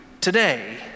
today